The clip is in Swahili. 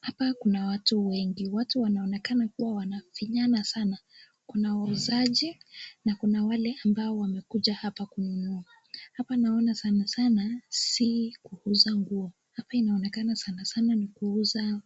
Hapa kuna watu wengi, watu wanaonekana kuwa wanafinyana sana. Kuna wauzaji na kuna wale ambao wamekuja hapa kununua. Hapa naona sana sana si kuuza nguo, hapa inaonekana sana sana ni kuuza